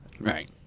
Right